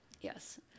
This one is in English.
Yes